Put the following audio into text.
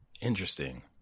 Interesting